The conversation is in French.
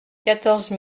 quatorze